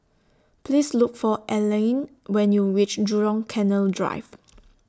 Please Look For Elayne when YOU REACH Jurong Canal Drive